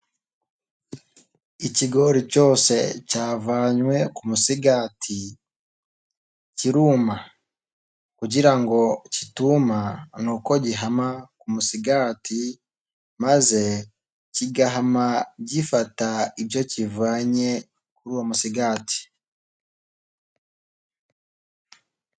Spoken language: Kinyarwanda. Ikigori cyose cyavanywe ku musigati kiruma kugira ngo kituma nuko gihama ku musigati maze kigahama gifata ibyo kivanye kuri uwo musigati.